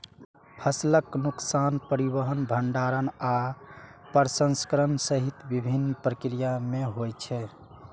फसलक नुकसान परिवहन, भंंडारण आ प्रसंस्करण सहित विभिन्न प्रक्रिया मे होइ छै